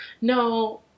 No